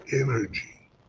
energy